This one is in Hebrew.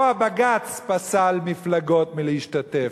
פה הבג"ץ פסל מפלגות מלהשתתף.